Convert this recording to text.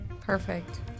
Perfect